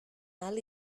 ahal